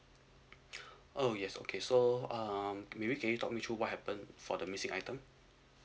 oh yes okay so um maybe can you talk me through what happened for the missing item